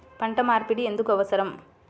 పంట మార్పిడి ఎందుకు అవసరం?